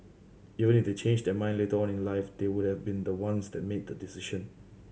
even if they change their mind later on in life they would have been the ones that made the decision